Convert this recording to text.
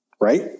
Right